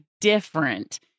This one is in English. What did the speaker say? different